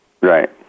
Right